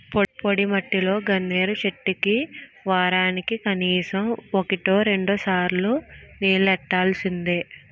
పొడిమట్టిలో గన్నేరు చెట్లకి వోరానికి కనీసం వోటి రెండుసార్లు నీల్లెట్టాల్సిందే